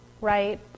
right